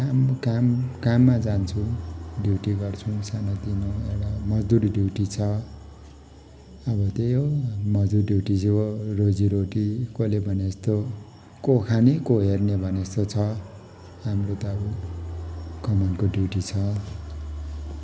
काम काम काममा जान्छु ड्युटी गर्छौँ सानोतिनो एउटा मजदुरी ड्युटी छ अब त्यही हो मजदुर ड्युटी जो रोजीरोटी कसले भनेजस्तो को खाने को हेर्ने भनेजस्तो छ हाम्रो त अब कमानको ड्युटी छ